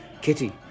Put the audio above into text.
Kitty